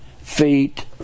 feet